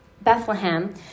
Bethlehem